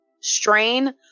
strain